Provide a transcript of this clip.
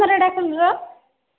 ସେ ରେଢ଼ାଖୋଲ୍ ର